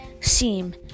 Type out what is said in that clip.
seem